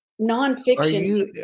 nonfiction